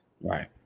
Right